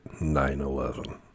9-11